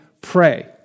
pray